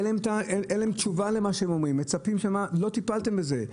אין תשובה למה שהם אומרים, לא טיפלתם בזה.